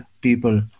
people